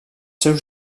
seus